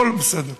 הכול בסדר.